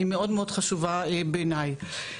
היא מאוד חשובה בעיניי.